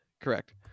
correct